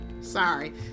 Sorry